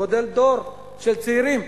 גדל דור של צעירים.